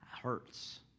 Hurts